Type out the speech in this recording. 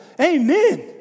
Amen